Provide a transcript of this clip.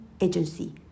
agency